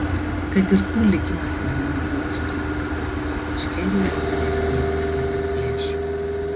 kad ir kur likimas mane nublokštų nuo ičkerijos manęs niekas nebeatplėš